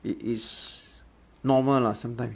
it is normal lah sometime